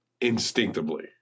instinctively